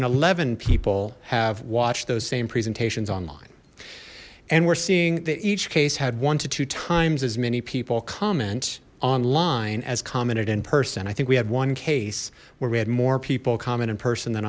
and eleven people have watched those same presentations online and we're seeing that each case had one to two times as many people comment online as commented in person i think we had one case where we had more people common in person than